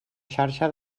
xarxa